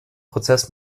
prozess